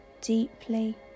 deeply